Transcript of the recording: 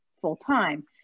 full-time